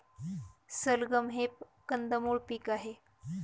सलगम हे कंदमुळ पीक आहे